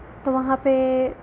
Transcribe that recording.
तो वहाँ पर